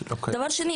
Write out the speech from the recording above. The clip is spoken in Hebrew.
דבר שני,